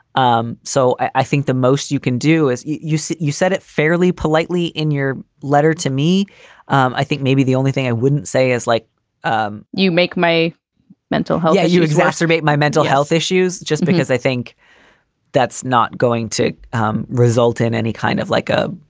um so i think the most you can do is you you said you said it fairly politely in your letter to me um i think maybe the only thing i wouldn't say is like um you make my mental health, yeah you exacerbate my mental health issues just because i think that's not going to um result in any kind of like a